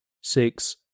six